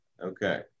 Okay